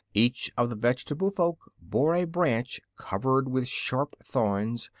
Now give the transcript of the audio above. each of the vegetable folks bore a branch covered with sharp thorns,